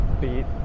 beat